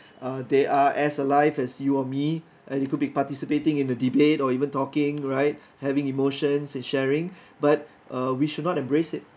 uh they are as alive as you or me and it could be participating in a debate or even talking right having emotions and sharing but uh we should not embrace it